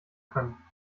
können